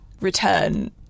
return